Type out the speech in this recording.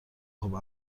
خوب